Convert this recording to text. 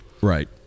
right